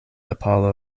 apollo